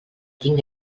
tinc